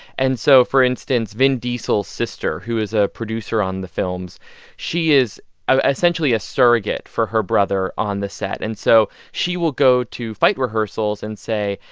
and so, for instance, vin diesel's sister, who is a producer on the films she is ah essentially a surrogate for her brother on the set. and so she will go to fight rehearsals and say,